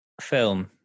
film